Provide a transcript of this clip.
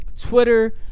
Twitter